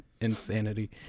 insanity